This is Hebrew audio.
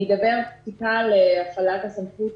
אני אדבר על הפסיקה להפעלת הסמכות